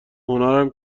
هنرم